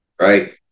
right